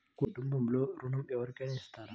కుటుంబంలో ఋణం ఎవరికైనా ఇస్తారా?